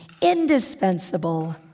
indispensable